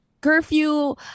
curfew